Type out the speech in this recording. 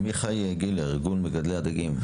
עמיחי גילר, ארגון מגדלי הדגים.